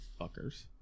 Fuckers